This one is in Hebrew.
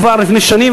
כבר לפני שנים,